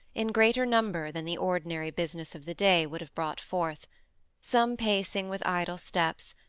in greater number than the ordinary business of the day would have brought forth some pacing with idle steps,